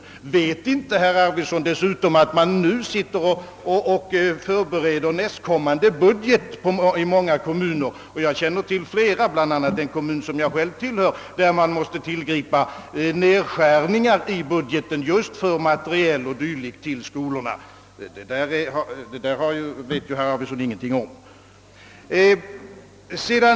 Jag vill dessutom påpeka för herr Arvidson, att man nu i många kommuner är i färd med att förbereda nästkommande budget och att man i flera kommuner, som jag känner till, bl.a. min hemkommun, måste tillgripa nedskärningar i skolbudgeten just för materiel och dylikt. Vet herr Arvidson ingenting om detta?